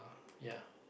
ya